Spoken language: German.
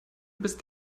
bist